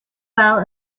fell